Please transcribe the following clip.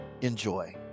Enjoy